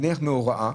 נניח הוראה,